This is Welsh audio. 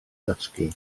dysgu